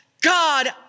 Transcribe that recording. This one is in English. God